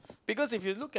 because if you look at